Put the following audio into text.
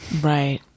right